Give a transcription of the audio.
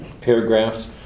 paragraphs